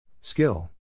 Skill